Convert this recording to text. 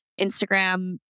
Instagram